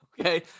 okay